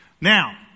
Now